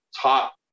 top